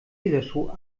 lasershow